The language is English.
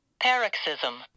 Paroxysm